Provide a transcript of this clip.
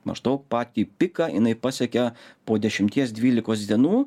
maždaug patį piką jinai pasiekia po dešimties dvylikos dienų